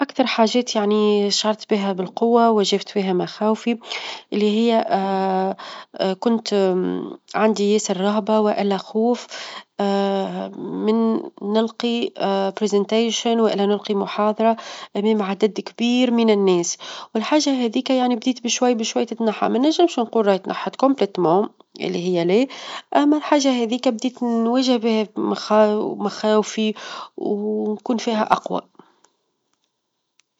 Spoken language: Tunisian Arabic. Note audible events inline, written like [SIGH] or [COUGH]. أكثر حاجات يعني شعرت بها بالقوة، واجهت بها مخاوفي، اللي هي [HESITATION] كنت [HESITATION] عندي [HESITATION] الرهبة والا خوف [HESITATION] من نلقي عرض تقديمي [HESITATION] والا نلقي محاضرة أمام عدد كبير من الناس، والحاجة هاذيكا يعني بقيت بشوي بشوي تتنحى منجراش نقول راهي اتنحت بالكامل اللي هي لي، أما الحاجة هاذيكا بديت نواجه بيها -مخ- مخاوفي، ونكون فيها أقوى.